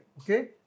okay